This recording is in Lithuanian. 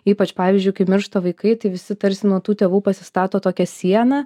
ypač pavyzdžiui kai miršta vaikai tai visi tarsi nuo tų tėvų pasistato tokią sieną